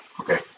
Okay